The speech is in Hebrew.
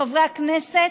חברי הכנסת